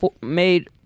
made